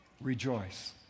rejoice